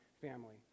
family